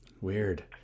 Weird